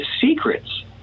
secrets